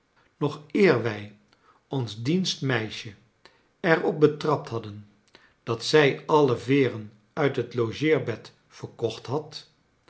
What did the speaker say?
nog eer wij ons dienstmeisje er op betrapt hadden dat zij alle veeren uit het logeerbed verkocht had